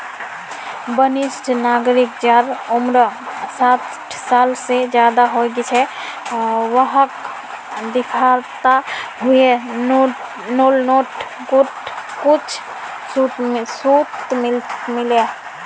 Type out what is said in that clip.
वरिष्ठ नागरिक जहार उम्र साठ साल से ज्यादा हो छे वाहक दिखाता हुए लोननोत कुछ झूट मिले